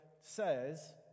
says